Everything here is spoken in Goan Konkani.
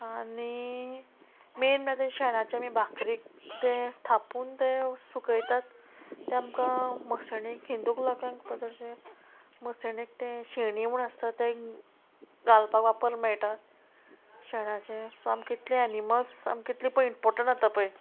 आनी मेन म्हळ्यार शेणाचे आमी बाकरीक तें थापून तें सुकयतात तें आमकां मसणीक हिंदूक लोकांक चडशें मसणीक तें शेणी म्हूण आसता तें घालपाक वापर मेळटा शेणाचे सो आमकां कितले एनिमल्स आमकां कितले पळय इम्पोर्टंट जाता पळय